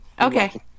Okay